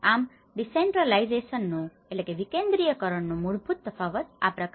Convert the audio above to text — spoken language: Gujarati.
આમ ડીસેન્ટ્રલાયઝેશનનો decentralization વિકેન્દ્રિયકરણ મૂળભૂત તફાવત આ પ્રકારે છે